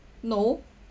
no